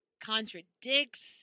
contradicts